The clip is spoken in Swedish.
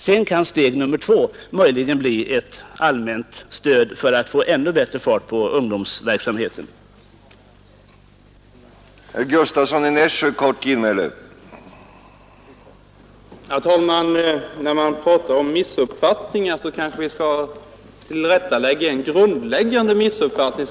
Sedan kan steg nummer två bli ett allmänt stöd för att få fart på ungdomsverksamheten när ett av de förnämsta hindren för denna — mellanölet — eliminerats.